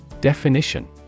Definition